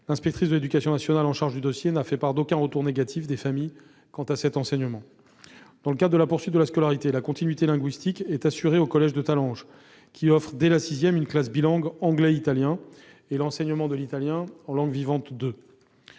L'inspectrice de l'éducation nationale chargée du dossier n'a fait part d'aucun retour négatif des familles au sujet de cet enseignement. Dans le cadre de la poursuite de la scolarité, la continuité linguistique est assurée au collège de Talange, qui offre dès la sixième une classe bilangue anglais-italien et l'enseignement de l'italien en langue vivante 2.